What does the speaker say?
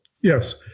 Yes